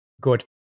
good